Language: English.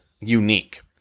unique